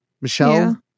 Michelle